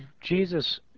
Jesus